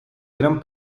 gran